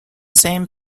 same